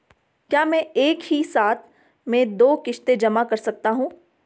क्या मैं एक ही साथ में दो किश्त जमा कर सकता हूँ?